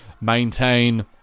maintain